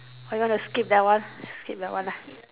or you want to skip that one skip that one ah